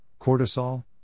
cortisol